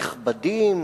נכבדים,